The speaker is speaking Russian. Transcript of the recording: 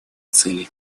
цели